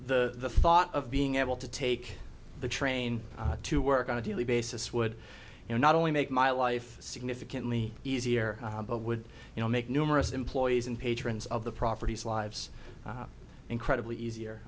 and the thought of being able to take the train to work on a daily basis would you not only make my life significantly easier but would you know make numerous employees and patrons of the properties lives incredibly easier